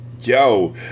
Yo